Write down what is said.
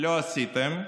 לא עשיתם.